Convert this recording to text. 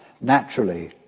Naturally